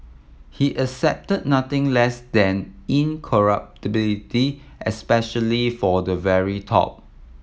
he accepted nothing less than incorruptibility especially for the very top